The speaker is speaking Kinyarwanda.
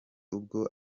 ubwo